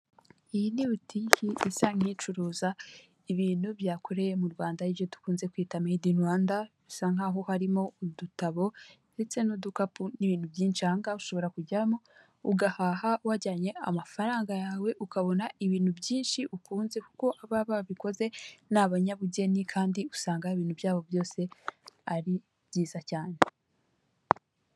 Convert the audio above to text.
Iyi ni butiki isa nk'icuruza ibintu byakoreye mu Rwanda, aribyo dukunze kwita mede ini Rwanda, bisa nkaho harimo udutabo ndetse n'udukapu n'ibintu byinshi, ahangaha ushobora kujyamo ugahaha wajyanye amafaranga yawe ukabona ibintu byinshi ukunze, kuko aba babikoze ni abanyabugeni kandi usanga ibintu byabo byose ari byiza cyane.